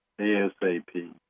ASAP